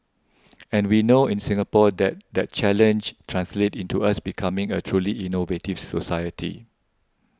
and we know in Singapore that that challenge translates into us becoming a truly innovative society